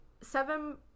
seven